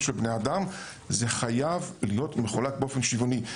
של בני אדם זה חייב להיות מחולק באופן שוויוני.